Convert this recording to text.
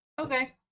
okay